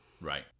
Right